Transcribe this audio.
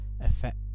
effect